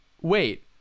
Wait